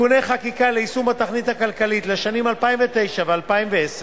(תיקוני חקיקה ליישום התוכנית הכלכלית לשנים 2009 ו-2010)